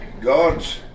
God's